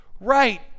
right